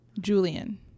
julian